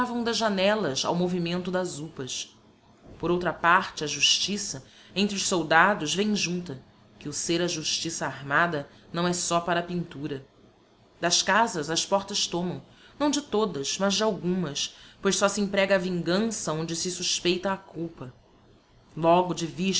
tocavam das janellas ao movimento das upas por outra parte a justiça entre os soldados vem junta que o ser a justiça armada não é só para a pintura das casas as portas tomam não de todas mas de algumas pois só se emprega a vingança onde se suspeita a culpa logo de vista